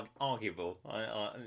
Arguable